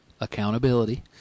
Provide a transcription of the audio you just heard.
accountability